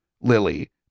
Lily